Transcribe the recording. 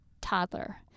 toddler